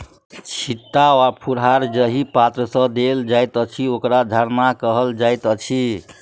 छिच्चा वा फुहार जाहि पात्र सँ देल जाइत अछि, ओकरा झरना कहल जाइत अछि